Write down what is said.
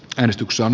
edistyksen